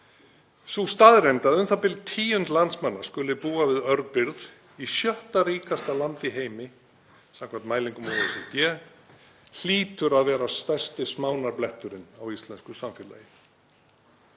Sú staðreynd að u.þ.b. tíund landsmanna skuli búa við örbirgð í sjötta ríkasta landi í heimi samkvæmt mælingum OECD hlýtur að vera stærsti smánarbletturinn á íslensku samfélagi.